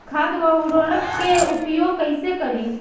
खाद व उर्वरक के उपयोग कईसे करी?